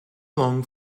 long